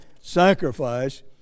sacrifice